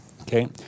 Okay